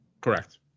Correct